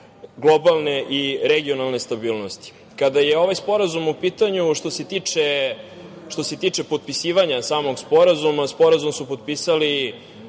globalne i regionalne stabilnosti. Kada je ovaj sporazum u pitanju, što se tiče potpisivanja samog Sporazuma, Sporazum su potpisali